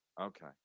Okay